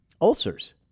ulcers